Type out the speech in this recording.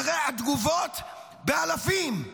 תגובות באלפים.